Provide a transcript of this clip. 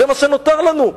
זה מה שנותר לנו.